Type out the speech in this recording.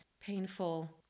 painful